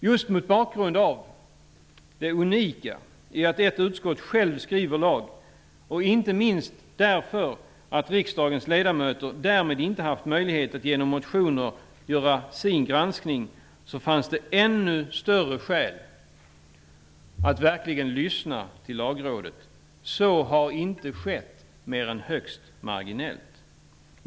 Just mot bakgrund av det unika i att ett utskott självt skriver lag, och inte minst därför att riksdagens ledamöter därmed inte har haft möjlighet att genom motioner göra sin granskning, fanns det ännu större skäl att verkligen lyssna till Lagrådet. Så har inte skett mer än högst marginellt.